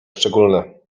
szczególne